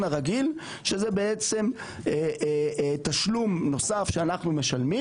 הרגיל שזה בעצם תשלום נוסף שאנחנו משלמים,